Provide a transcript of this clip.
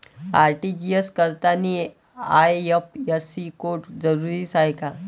RTGS करतांनी IFSC code जरुरीचा हाय का?